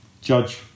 Judge